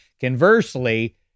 Conversely